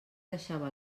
deixava